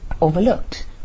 overlooked